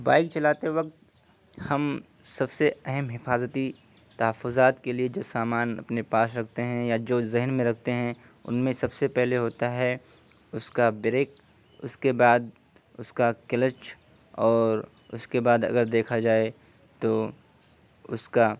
bike چلاتے وقت ہم سب سے اہم حفاظتی تحفظات کے لیے جو سامان اپنے پاس رکھتے ہیں یا جو ذہن میں رکھتے ہیں ان میں سب سے پہلے ہوتا ہے اس کا بریک اس کے بعد اس کا کلچ اور اس کے بعد اگر دیکھا جائے تو اس کا